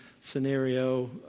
scenario